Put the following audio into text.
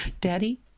Daddy